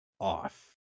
off